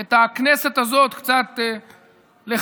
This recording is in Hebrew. את הכנסת הזאת קצת לכבד.